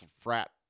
frat